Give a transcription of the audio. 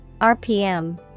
RPM